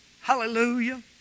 Hallelujah